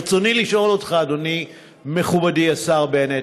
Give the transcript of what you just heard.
ברצוני לשאול אותך, אדוני מכובדי השר בנט: